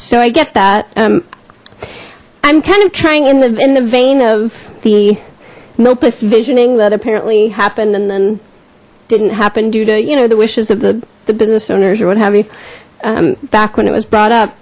so i get that um i'm kind of trying in the in the vein of the milpas visioning that apparently happened and then didn't happen due to you know the wishes of the business owners or what having back when it was brought up